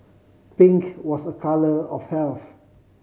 pink was a colour of health